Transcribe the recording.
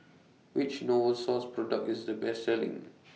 Which Novosource Product IS The Best Selling